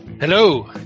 Hello